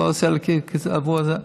הוא לא עושה עבור זה.